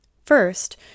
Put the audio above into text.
First